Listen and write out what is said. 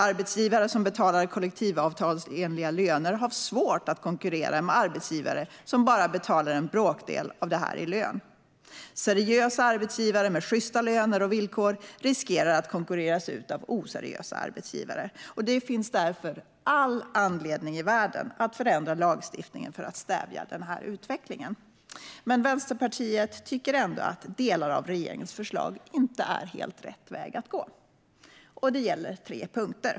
Arbetsgivare som betalar kollektivavtalsenliga löner har svårt att konkurrera med arbetsgivare som bara betalar en bråkdel av detta i lön. Seriösa arbetsgivare med sjysta löner och villkor riskerar att konkurreras ut av oseriösa arbetsgivare. Det finns därför all anledning i världen att förändra lagstiftningen för att stävja den här utvecklingen. Men Vänsterpartiet tycker ändå att delar av regeringens förslag inte är helt rätt väg att gå. Det gäller tre punkter.